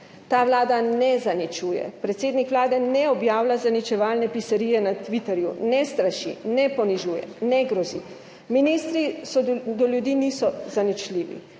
Ta vlada ne zaničuje, predsednik Vlade ne objavlja zaničevalnih pisarij na Twitterju, ne straši, ne ponižuje, ne grozi, ministri do ljudi niso zaničljivi,